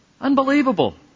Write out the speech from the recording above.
Unbelievable